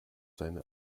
seine